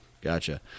Gotcha